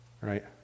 Right